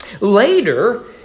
Later